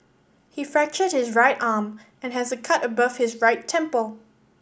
he fractured his right arm and has a cut above his right temple